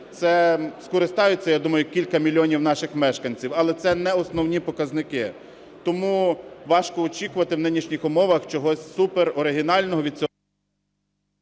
Цим скористаються, я думаю, кілька мільйонів наших мешканців. Але це не основні показники. Тому важко очікувати в нинішніх умовах чогось супероригінального від…